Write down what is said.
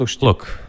Look